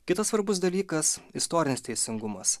kitas svarbus dalykas istorinis teisingumas